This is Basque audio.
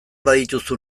badituzu